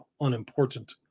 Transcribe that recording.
unimportant